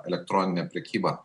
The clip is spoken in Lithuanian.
elektronine prekyba